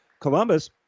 Columbus